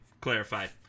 Clarified